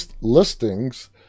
listings